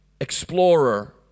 explorer